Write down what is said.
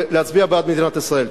ולהצביע בעד מדינת ישראל.